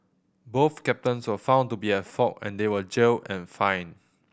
both captains were found to be at fault and they were jailed and fined